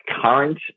current